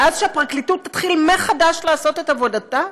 ואז שהפרקליטות תתחיל מחדש לעשות את עבודתה?